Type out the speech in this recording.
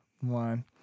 One